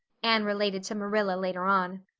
anne related to marilla later on.